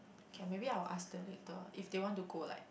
okay maybe I will ask them later if they want to go like